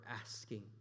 asking